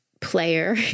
player